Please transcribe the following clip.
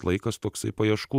laikas toksai paieškų